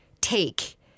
take